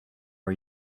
are